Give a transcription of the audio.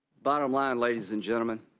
bottom line, ladies and gentlemen,